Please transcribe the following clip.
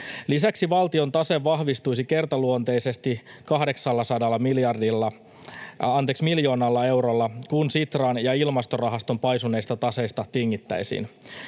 Lisäksi valtion tase vahvistuisi kertaluonteisesti 800 miljoonalla eurolla, kun Sitran ja ilmastorahastojen paisuneista taseista tingittäisiin.